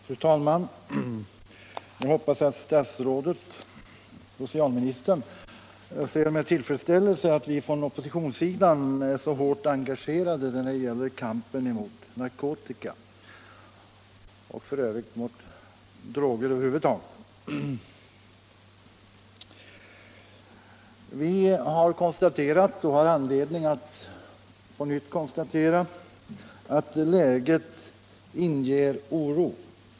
Fru talman! Jag hoppas att socialministern ser med tillfredsställelse att vi från oppositionssidan är så hårt engagerade, när det gäller kampen mot narkotika och f.ö. mot droger över huvud taget. Vi har konstaterat, och har anledning att på nytt konstatera, att läget inger oro.